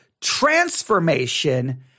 transformation